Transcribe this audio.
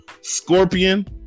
Scorpion